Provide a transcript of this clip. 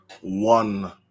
one